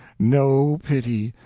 no pity,